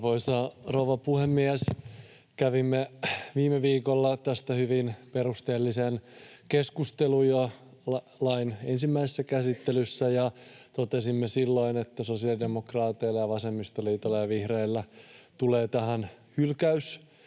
Arvoisa rouva puhemies! Kävimme jo viime viikolla tästä hyvin perusteellisen keskustelun lain ensimmäisessä käsittelyssä ja totesimme silloin, että sosiaalidemokraateilta ja vasemmistoliitolta ja vihreiltä tulee hylkäys